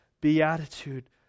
beatitude